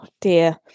dear